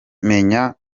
menya